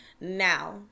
now